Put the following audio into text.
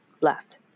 left